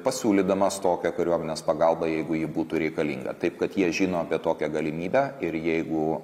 pasiūlydamas tokią kariuomenės pagalbą jeigu ji būtų reikalinga taip kad jie žino apie tokią galimybę ir jeigu